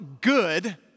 good